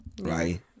right